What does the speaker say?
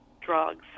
drugs